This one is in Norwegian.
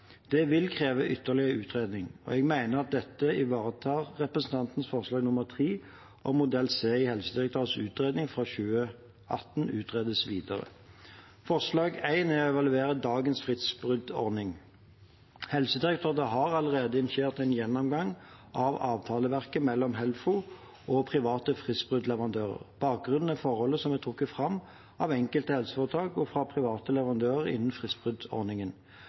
Det vil kreve ytterligere utredning, og jeg mener at dette ivaretar forslag nr. 2, om at modell C i Helsedirektoratets utredning fra 2018 utredes videre. Forslag nr. 1 er å evaluere dagens fristbruddordning. Helsedirektoratet har allerede initiert en gjennomgang av avtaleverket mellom Helfo og private fristbruddleverandører. Bakgrunnen er forhold som er trukket fram av enkelte helseforetak og av private leverandører innen fristbruddordningen.